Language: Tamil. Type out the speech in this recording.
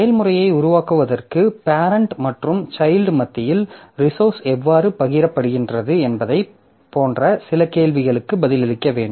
செயல்முறையை உருவாக்குவதற்கு பேரெண்ட் மற்றும் சைல்ட் மத்தியில் ரிசோர்ஸ் எவ்வாறு பகிரப்படுகின்றன என்பது போன்ற சில கேள்விகளுக்கு பதிலளிக்க வேண்டும்